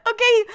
Okay